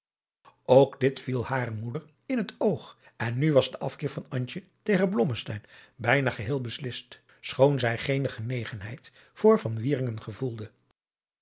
ook dit viel hare moeder in het oog en nu was de afkeer van antje tegen blommesteyn bijna geheel beslist schoon zij geene genegenheid voor van wieringen gevoelde